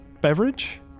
beverage